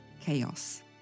chaos